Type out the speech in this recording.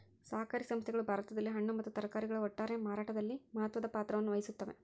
ಸಹಕಾರಿ ಸಂಸ್ಥೆಗಳು ಭಾರತದಲ್ಲಿ ಹಣ್ಣು ಮತ್ತ ತರಕಾರಿಗಳ ಒಟ್ಟಾರೆ ಮಾರಾಟದಲ್ಲಿ ಮಹತ್ವದ ಪಾತ್ರವನ್ನು ವಹಿಸುತ್ತವೆ